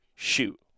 shoot